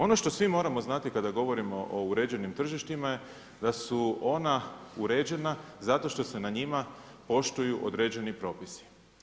Ono što svi moramo znati kada govorimo o uređenim tržištima da su ona uređena zato što se na njima poštuju određeni propisi.